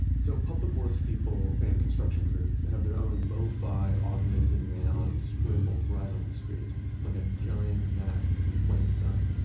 so public works people and construction crews, they have their own lo-fi, augmented reality scribbled right on the street like a giant map in plain sight.